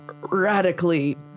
radically